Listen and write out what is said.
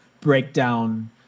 breakdown